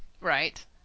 Right